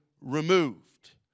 removed